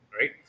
right